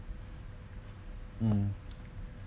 mm